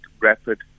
rapid